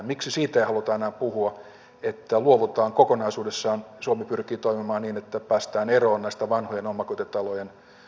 miksi siitä ei haluta enää puhua että luovutaan kokonaisuudessaan että suomi pyrkii toimimaan niin että päästään eroon vanhojen omakotitalojen täsmäkiusaamisesta